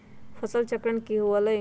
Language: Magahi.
फसल चक्रण की हुआ लाई?